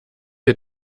wir